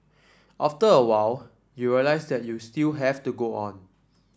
after a while you realise that you still have to go on